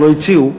שלא הציעו,